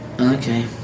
Okay